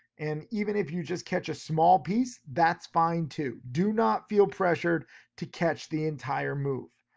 and even if you just catch a small piece, that's fine too. do not feel pressured to catch the entire move,